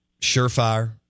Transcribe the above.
surefire